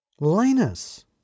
Linus